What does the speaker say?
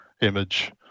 image